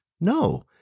No